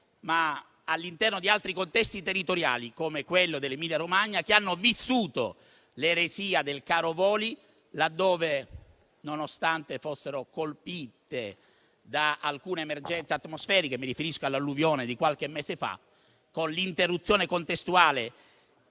ma anche di altri contesti territoriali, come quello dell'Emilia Romagna; contesti che hanno vissuto l'eresia del caro voli, laddove, nonostante fossero colpiti da alcune emergenze atmosferiche (mi riferisco all'alluvione di qualche mese fa) con l'interruzione contestuale